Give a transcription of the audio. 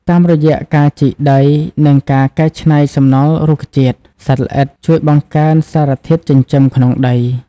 តាមរយៈការជីកដី និងការកែច្នៃសំណល់រុក្ខជាតិ សត្វល្អិតជួយបង្កើនសារធាតុចិញ្ចឹមក្នុងដី។